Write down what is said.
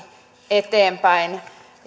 eteenpäin